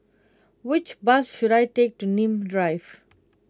which bus should I take to Nim Drive